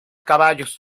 caballos